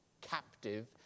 captive